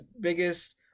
biggest